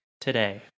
today